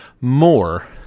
more